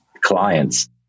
clients